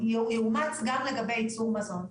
יאומץ גם לגבי ייצור מזון.